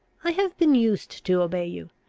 i have been used to obey you,